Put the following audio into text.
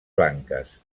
blanques